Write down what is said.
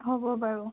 হ'ব বাৰু